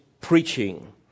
preaching